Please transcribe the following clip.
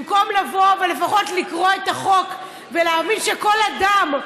במקום לבוא ולפחות לקרוא את החוק, ולהבין שכל אדם,